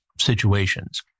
situations